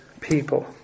people